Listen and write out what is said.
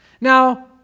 Now